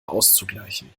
auszugleichen